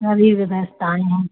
सभी व्यवस्थाएँ हैं